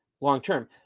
long-term